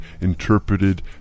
interpreted